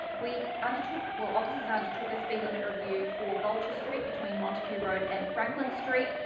we undertook well, officers undertook a speed limit review for vulture street between montague road and franklin street,